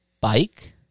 bike